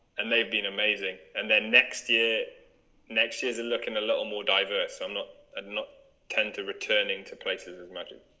and they've been amazing and then next year next year's and looking a little more diverse i'm not ah not tend to returning to places as magic.